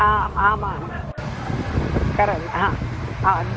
हा आमां करोमि हा हा द्